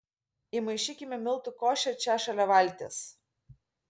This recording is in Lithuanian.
įmaišykime miltų košę čia šalia valties